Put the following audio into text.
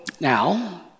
now